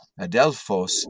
Adelphos